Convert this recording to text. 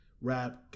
rap